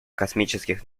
космических